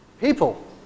people